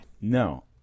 No